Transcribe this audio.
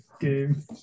Game